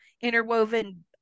interwoven